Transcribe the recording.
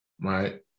right